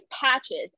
patches